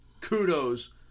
kudos